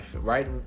right